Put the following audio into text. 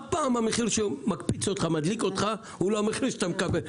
אף פעם המחיר שמדליק אותך הוא לא המחיר שאתה מקבל.